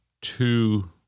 two